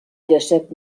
josep